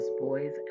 boys